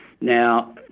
Now